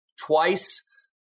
twice